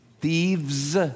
Thieves